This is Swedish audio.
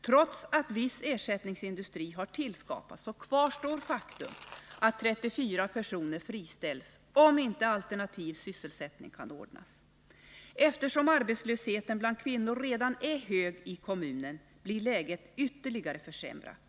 Trots att viss ersättningsindustri har tillskapats kvarstår faktum att 34 personer friställs, om inte alternativ sysselsättning kan ordnas. Eftersom arbetslösheten bland kvinnor redan är hög i kommunen, blir läget ytterligare försämrat.